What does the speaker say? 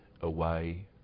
away